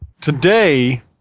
Today